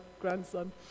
grandson